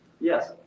Yes